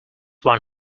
one